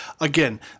Again